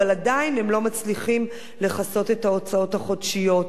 אבל עדיין הם לא מצליחים לכסות את ההוצאות החודשיות.